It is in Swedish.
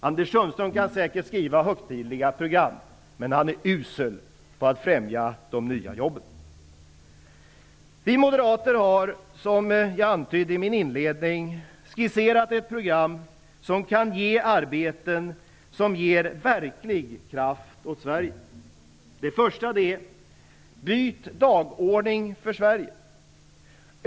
Anders Sundström kan säkert skriva högtidliga program. Men han är usel på att främja de nya jobben. Vi moderater har, som jag antydde i min inledning, skisserat ett program som kan ge arbeten som ger verklig kraft åt Sverige. För det första: Byt dagordning för Sverige.